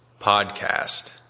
podcast